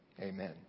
Amen